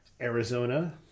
Arizona